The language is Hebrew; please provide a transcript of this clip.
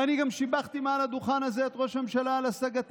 ואני גם שיבחתי מעל לדוכן הזה את ראש הממשלה על השגתם,